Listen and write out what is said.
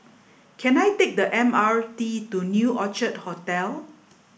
can I take the M R T to New Orchid Hotel